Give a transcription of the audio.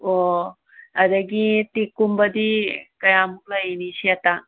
ꯑꯣ ꯑꯗꯒꯤ ꯇꯤꯛꯀꯨꯝꯕꯗꯤ ꯀꯌꯥꯃꯨꯛ ꯂꯩꯅꯤ ꯁꯦꯠꯇ